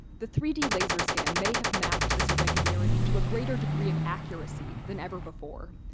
the three d laser scan may have mapped this irregularity to a greater degree of accuracy than ever before,